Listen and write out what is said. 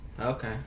Okay